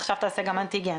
עכשיו תעשה גם אנטיגן.